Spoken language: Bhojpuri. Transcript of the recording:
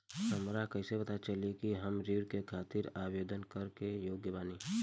हमरा कइसे पता चली कि हम ऋण के खातिर आवेदन करे के योग्य बानी?